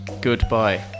Goodbye